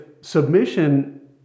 submission